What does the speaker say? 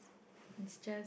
it's just